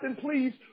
please